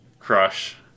Crush